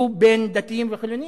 הוא בין דתיים וחילונים.